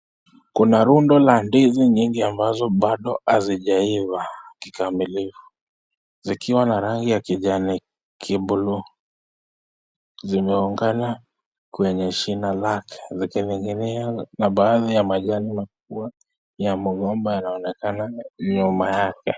Kuna rundo la ndizi nyingi ambazo bado hazijaiva kikamilifu. Zikiwa na rangi ya kijani kiblu, zimeungana kwenye shina lake zikining'inia na baadhi ya majani makubwa ya mgomba yanaonekana nyuma yake.